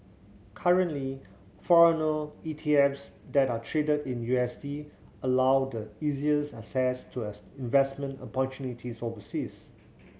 currently foreign E T F s that are traded in U S D allow the easiest access to investment opportunities overseas